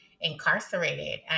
incarcerated